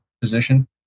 position